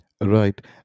Right